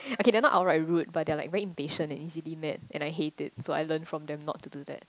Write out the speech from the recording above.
okay they're not outright rude but they're like very impatient and easily mad and I hate it so I learn from them not to do that